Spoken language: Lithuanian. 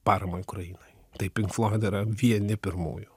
paramą ukrainai taip pink floidai yra vieni pirmųjų